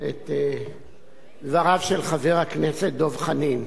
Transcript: את דבריו של חבר הכנסת דב חנין.